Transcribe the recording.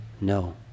no